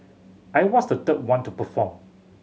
I was the third one to perform